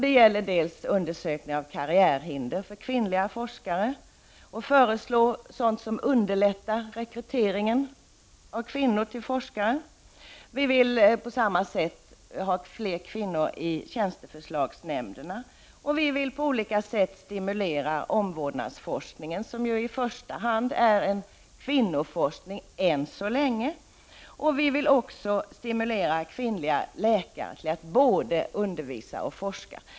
Det gäller dels undersökningen av karriärhinder för kvinnliga forskare, dels förslag om sådant som underlättar rekryteringen av kvinnor till forskare. Folkpartiet vill på samma sätt ha fler kvinnor i tjänsteförslagsnämnderna. Vi vill på olika sätt stimulera omvårdnadsforskningen, som ju än så länge i första hand är en kvinnoforskning. Vi vill också stimulera kvinnliga läkare till att både undervisa och forska.